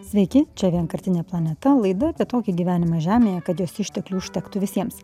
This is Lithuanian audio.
sveiki čia vienkartinė planeta laida apie tokį gyvenimą žemėje kad jos išteklių užtektų visiems